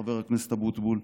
חבר הכנסת אבוטבול,